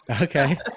Okay